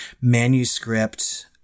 manuscript